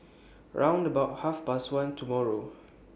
round about Half Past one tomorrow